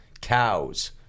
cows